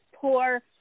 poor